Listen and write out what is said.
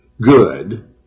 good